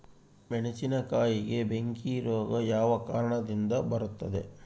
ಮೆಣಸಿನಕಾಯಿಗೆ ಬೆಂಕಿ ರೋಗ ಯಾವ ಕಾರಣದಿಂದ ಬರುತ್ತದೆ?